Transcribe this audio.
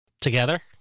together